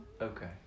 Okay